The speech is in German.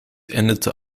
endete